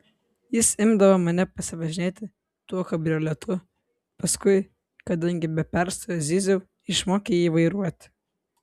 jis imdavo mane pasivažinėti tuo kabrioletu paskui kadangi be perstojo zyziau išmokė jį vairuoti